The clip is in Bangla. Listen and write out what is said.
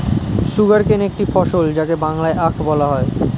সুগারকেন একটি ফসল যাকে বাংলায় আখ বলা হয়